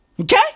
Okay